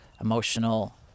emotional